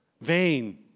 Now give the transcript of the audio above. Vain